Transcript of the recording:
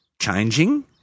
changing